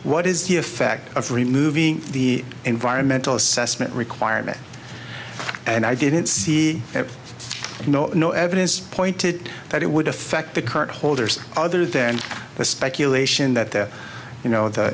what is the effect of removing the environmental assessment requirement and i didn't see no no evidence pointed that it would affect the current holders other than the speculation that you know the